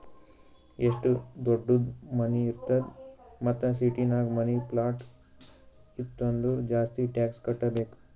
ಎಷ್ಟು ದೊಡ್ಡುದ್ ಮನಿ ಇರ್ತದ್ ಮತ್ತ ಸಿಟಿನಾಗ್ ಮನಿ, ಪ್ಲಾಟ್ ಇತ್ತು ಅಂದುರ್ ಜಾಸ್ತಿ ಟ್ಯಾಕ್ಸ್ ಕಟ್ಟಬೇಕ್